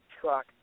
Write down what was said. truck